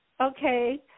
Okay